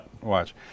watch